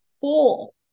full